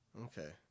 Okay